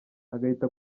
agahita